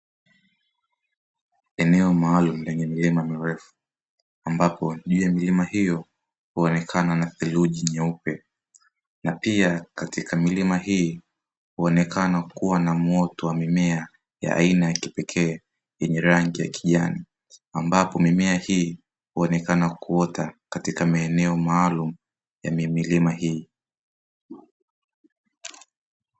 Eneo maalumu lenye milima mirefu, ambapo juu ya milima hiyo huonekana na theluji nyeupe na pia katika milima hii huonekana kuwa na muoto wa mimea ya aina ya kipekee yenye rangi ya kijani, ambapo mimea hii huonekana kuota katika maeneo maalumu ya milima hii.